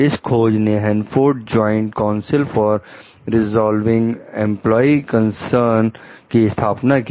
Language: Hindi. इस खोज ने Hanford joint council for resolving employee concern की स्थापना की